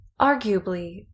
Arguably